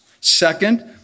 Second